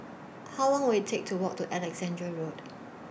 How Long Will IT Take to Walk to Alexandra Road